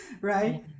right